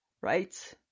Right